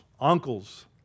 uncles